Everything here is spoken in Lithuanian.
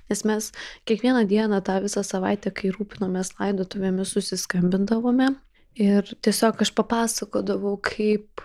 nes mes kiekvieną dieną tą visą savaitę kai rūpinomės laidotuvėmis susiskambindavome ir tiesiog aš papasakodavau kaip